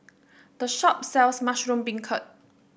the shop sells Mushroom Beancurd